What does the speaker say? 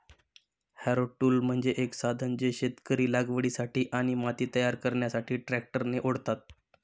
Harrow tool म्हणजे एक साधन जे शेतकरी लागवडीसाठी आणि माती तयार करण्यासाठी ट्रॅक्टरने ओढतात